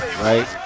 right